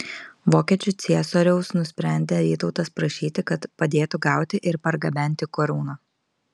vokiečių ciesoriaus nusprendė vytautas prašyti kad padėtų gauti ir pergabenti karūną